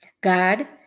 God